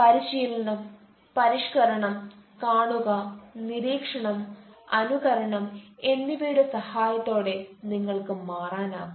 പരിശീലനം പരിഷ്ക്കരണം കാണുക നിരീക്ഷണം അനുകരണം എന്നിവയുടെ സഹായത്തോടെ നിങ്ങൾക്ക് മാറാനാകും